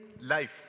life